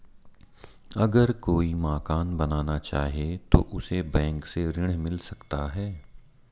अगर कोई मकान बनाना चाहे तो उसे बैंक से ऋण मिल सकता है?